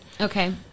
Okay